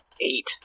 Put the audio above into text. Eight